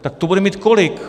Tak to bude mít kolik?